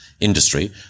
industry